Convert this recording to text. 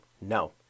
No